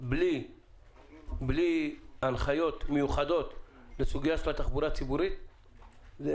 בלי הנחיות מיוחדות בסוגיה של התחבורה הציבורית זה